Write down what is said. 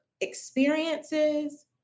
experiences